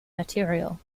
material